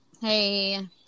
Hey